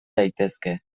daitezke